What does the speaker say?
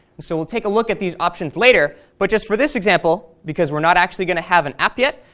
and so we'll take a look at these options later, but just for this example, because we're not actually going to have an app yet,